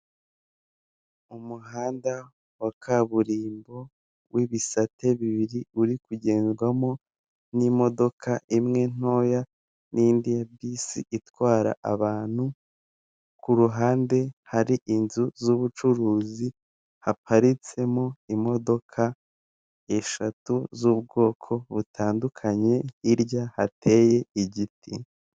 Umuhanda wa kaburimbo w'ibisate bibiri uri kugenzwamo n'imodoka imwe ntoya n'indi ya bisi itwara abantu, ku ruhande hari inzu z'ubucuruzi haparitsemo imodoka eshatu z'ubwoko butandukanye, hirya hateye igiti.